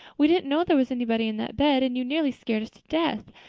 we didn't know there was anybody in that bed and you nearly scared us to death.